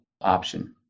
option